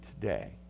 today